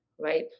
right